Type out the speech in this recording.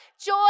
joy